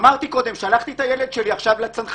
אמרתי ששלחתי את הילד שלי לצנחנים,